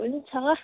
हुन्छ